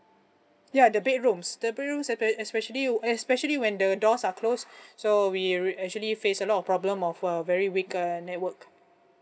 ya the bedrooms the bedrooms appar~ especially especially when the doors are closed so we actually face a lot of problem of a very weak uh network